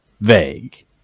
vague